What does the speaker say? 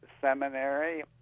seminary